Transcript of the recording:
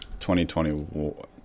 2021